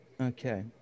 Okay